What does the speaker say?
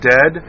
Dead